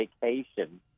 vacation